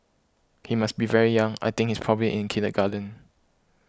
he must be very young I think he's probably in kindergarten